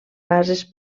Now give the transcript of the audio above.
bases